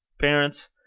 parents